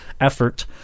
effort